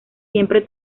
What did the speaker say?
siempre